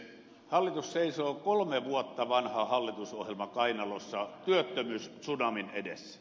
hallitus seisoo kolme vuotta vanha hallitusohjelma kainalossa työttömyystsunamin edessä